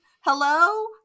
Hello